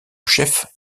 chef